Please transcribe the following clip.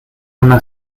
una